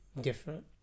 different